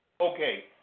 Okay